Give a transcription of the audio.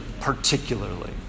particularly